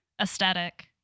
aesthetic